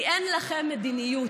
כי אין לכם מדיניות.